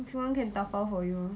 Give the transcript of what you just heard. if you want can 打包 for you